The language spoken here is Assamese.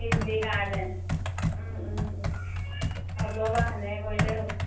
ইডলিৰ কাৰণে হ'ব বাৰু সেনেকে কৰিলেই হ'ব